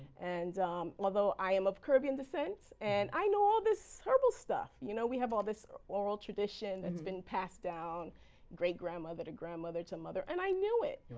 and although i am of caribbean descent and i know all this herbal stuff. you know, we have all this oral tradition that's been passed down great grandmother to grandmother to mother and i knew it.